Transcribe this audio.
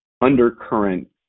undercurrent